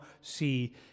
see